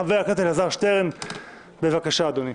חבר הכנסת אלעזר שטרן, בבקשה, אדוני.